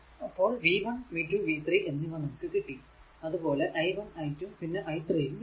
അപ്പോൾ v 1 v 2 v 3 എന്നിവ നമുക്ക് കിട്ടി അതുപോലെ i1 i2 പിന്നെ i3 യും കിട്ടി